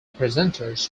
presenters